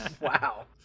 Wow